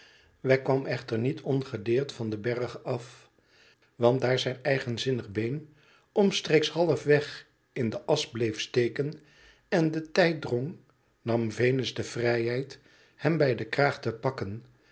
wegg kwam echter niet ongedeerd van den berg af want daar zijn eigenzinnig been omstreeks halfveg in de asch bleef steken en de tijd drong nam venus de vrijheid hem bij den kraag te pakken